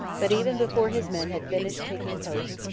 but, even before his men had finished taking post,